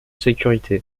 sécurité